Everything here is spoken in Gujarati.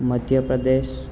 મધ્યપ્રદેશ